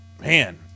man